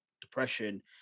depression